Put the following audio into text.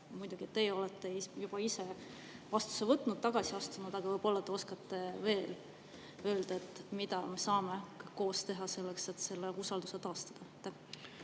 muidugi aru, teie olete juba ise vastutuse võtnud ja tagasi astunud, aga võib-olla te oskate öelda, mida me saame koos teha selleks, et seda usaldust taastada?